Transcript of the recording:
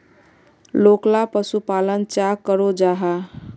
लोकला पशुपालन चाँ करो जाहा?